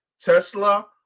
Tesla